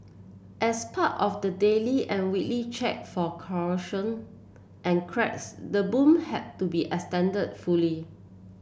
as part of the daily and weekly check for corrosion and cracks the boom had to be extended fully